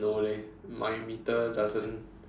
no leh my meter doesn't